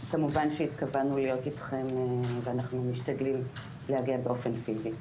כמובן שהתכוונו להיות איתכם ואנחנו משתדלים להגיע באופן פיזי.